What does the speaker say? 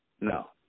No